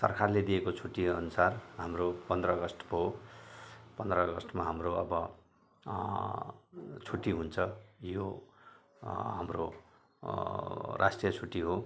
सरकारले दिएको छुट्टी अनुसार हाम्रो पन्ध्र अगस्त भयो पन्ध्र अगस्तमा हाम्रो अब छुट्टी हुन्छ यो हाम्रो राष्ट्रिय छुट्टी हो